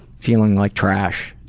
feeling like trash?